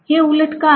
हे उलट का आहे